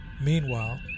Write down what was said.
Meanwhile